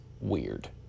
weird